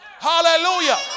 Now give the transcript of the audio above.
Hallelujah